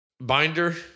Binder